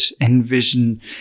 envision